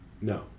No